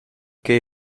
che